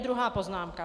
Druhá poznámka.